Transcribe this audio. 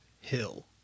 hill